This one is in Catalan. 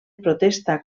protesta